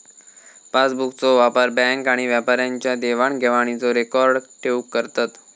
पासबुकचो वापर बॅन्क आणि व्यापाऱ्यांच्या देवाण घेवाणीचो रेकॉर्ड ठेऊक करतत